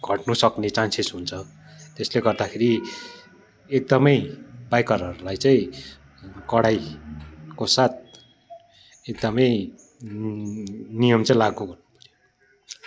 घट्नु सक्ने चान्सेस हुन्छ त्यसले गर्दाखेरि एकदमै बाइकरहरूलाई चाहिँ कडाईको साथ एकदमै नियम चाहिँ लागु गर्नु पऱ्यो